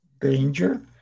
danger